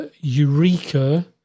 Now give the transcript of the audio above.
Eureka